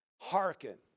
Hearken